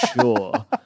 sure